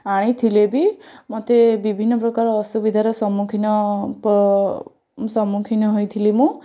ଆଣିଥିଲେ ବି ମୋତେ ବିଭିନ୍ନପ୍ରକାରର ଅସୁବିଧାର ସମ୍ମୁଖୀନ ସମ୍ମୁଖୀନ ହୋଇଥିଲି ମୁଁ